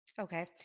Okay